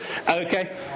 Okay